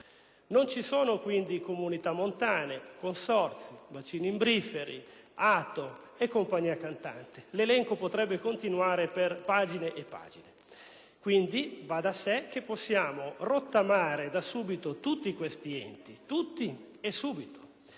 Non ci sono comunità montane, consorzi, bacini imbriferi, ATO e compagnia cantante: l'elenco potrebbe continuare per pagine e pagine. Quindi va da sé che possiamo rottamare da subito tutti questi enti. Tutti e subito.